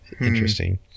interesting